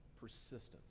Persistence